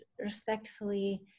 respectfully